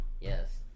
Yes